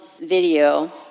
video